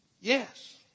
Yes